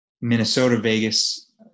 Minnesota-Vegas